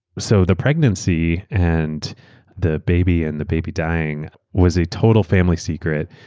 so the pregnancy and the baby and the baby dying was a total family secret.